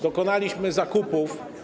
Dokonaliśmy zakupów.